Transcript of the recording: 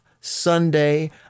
Sunday